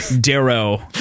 Darrow